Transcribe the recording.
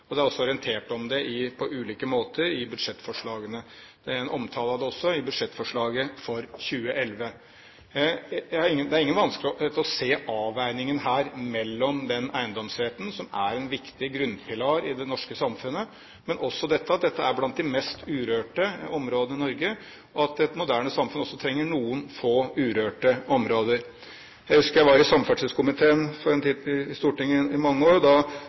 og det er også orientert om det på ulike måter i budsjettforslagene. Det er også en omtale av det i budsjettforslaget for 2011. Jeg har ingen vanskeligheter med å se avveiningen her mellom den eiendomsretten som er en viktig grunnpilar i det norske samfunnet, og det at dette er blant de mest urørte områdene i Norge, og at et moderne samfunn trenger noen få urørte områder. Jeg var i samferdselskomiteen i Stortinget i mange år, og jeg husker at vi da